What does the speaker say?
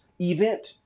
event